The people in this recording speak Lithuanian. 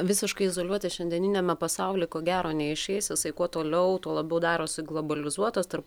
visiškai izoliuotis šiandieniniame pasauly ko gero neišeis jisai kuo toliau tuo labiau darosi globalizuotas tarp